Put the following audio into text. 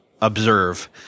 observe